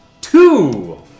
Two